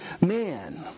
man